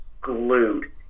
glued